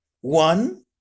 one